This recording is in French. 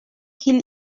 qu’il